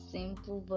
Simple